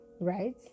right